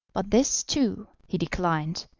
but this, too, he declined,